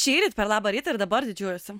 šįryt per labą rytą ir dabar didžiuojuosi